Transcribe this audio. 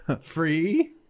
Free